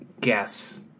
guess